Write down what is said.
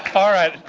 all right.